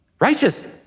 Righteous